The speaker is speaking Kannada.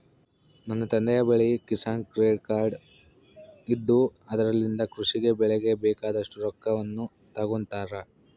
ನನ್ನ ತಂದೆಯ ಬಳಿ ಕಿಸಾನ್ ಕ್ರೆಡ್ ಕಾರ್ಡ್ ಇದ್ದು ಅದರಲಿಂದ ಕೃಷಿ ಗೆ ಬೆಳೆಗೆ ಬೇಕಾದಷ್ಟು ರೊಕ್ಕವನ್ನು ತಗೊಂತಾರ